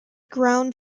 ground